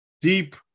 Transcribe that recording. Deep